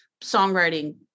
songwriting